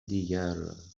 دیگر